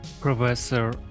Professor